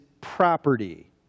property